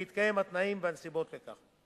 ובלבד שאכן התקיימו התנאים והנסיבות המיוחדים לכך.